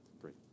great